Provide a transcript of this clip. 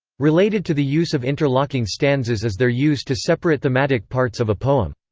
related to the use of interlocking stanzas is their use to separate thematic parts of a poem.